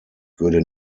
würde